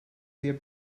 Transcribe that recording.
their